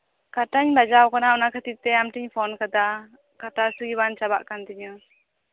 ᱠᱟᱴᱟᱧ ᱵᱟᱡᱟᱣ ᱠᱟᱱᱟ ᱚᱱᱟ ᱠᱷᱟᱛᱤᱨ ᱛᱮ ᱟᱢ ᱴᱷᱮᱱᱤᱧ ᱯᱷᱳᱱ ᱠᱟᱫᱟ ᱠᱟᱴᱟ ᱦᱟᱹᱥᱩ ᱜᱮᱵᱟᱝ ᱪᱟᱵᱟᱜ ᱠᱟᱱ ᱛᱤᱧᱟ